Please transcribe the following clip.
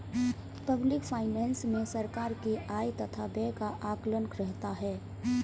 public finance मे सरकार के आय तथा व्यय का आकलन रहता है